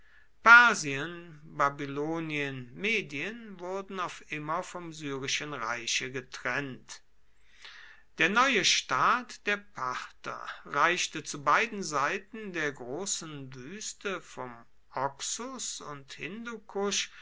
persien babylonien medien wurden auf immer vom syrischen reiche getrennt der neue staat der parther reichte zu beiden seiten der großen wüste vom oxus und hindukusch